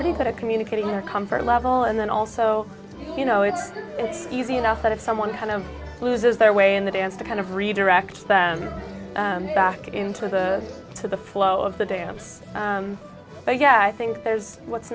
pretty good at communicating your comfort level and then also you know it's easy enough that if someone kind of loses their way in the dance to kind of redirect them back into the to the flow of the day i'm yeah i think there's what's